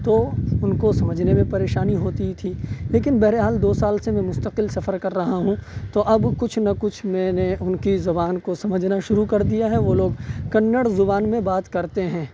تو ان کو سمجھنے میں پریشانی ہوتی تھی لیکن بہرحال دو سال سے میں مستقل سفر کر رہا ہوں تو اب کچھ نہ کچھ میں نے ان کی زبان کو سمجھنا شروع کر دیا ہے وہ لوگ کنڑ زبان میں بات کرتے ہیں